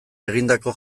egindako